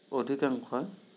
অধিকাংশই